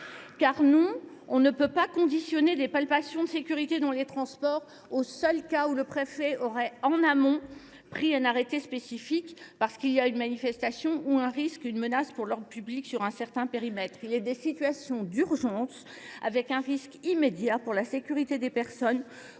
Non, nous ne pouvons conditionner des palpations de sécurité dans les transports aux seuls cas où le préfet de police aurait pris, en amont, un arrêté spécifique, parce qu’il y a une manifestation ou une menace à l’ordre public sur un certain périmètre. Il est des situations d’urgence, avec un risque immédiat pour la sécurité des personnes,